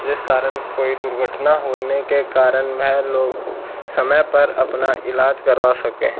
जिस कारण कोई दुर्घटना होने के कारण वे लोग समय पर अपना इलाज करवा सकें